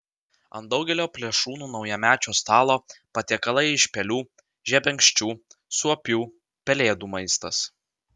ant daugelio plėšrūnų naujamečio stalo patiekalai iš pelių žebenkščių suopių pelėdų maistas